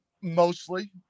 mostly